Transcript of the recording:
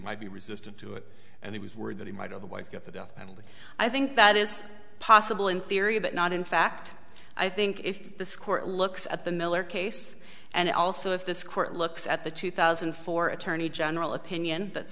might be resistant to it and he was worried that he might otherwise get the death penalty i think that is possible in theory but not in fact i think if this court looks at the miller case and also if this court looks at the two thousand and four attorney general opinion